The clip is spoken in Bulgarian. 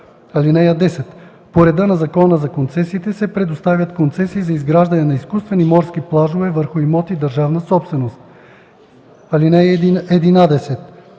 (10) По реда на Закона за концесиите се предоставят концесии за изграждане на изкуствени морски плажове върху имоти – държавна собственост. (11)